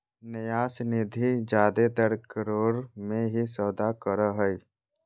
न्यास निधि जादेतर करोड़ मे ही सौदा करो हय